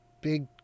big